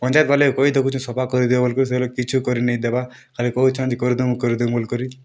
ପଞ୍ଚାୟତ୍ ଗଲେ କହି ଦେଖୁଛୁଁ ସଫା କରି ଦିଅ ବୋଲିକିରି ସେ ଲୋକ୍ କିଛୁ କରି ନେଇଁ ଦେବା ଖାଲି କୋହୁଛନ୍ ଯେ କରିଦେମୁ କରିଦେମୁ ବୋଲିକରି